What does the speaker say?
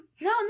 no